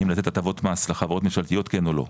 האם לתת הטבות מס לחברות ממשלתיות כן או לא,